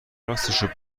راستشو